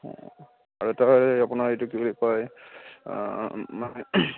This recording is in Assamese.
আৰু তাৰ আপোনাৰ এইটো কি বুলি কয় মানে